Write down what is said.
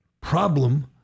problem